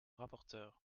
rapporteur